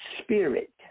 spirit